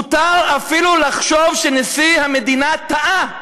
מותר אפילו לחשוב שנשיא המדינה טעה,